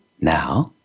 now